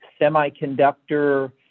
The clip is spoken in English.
semiconductor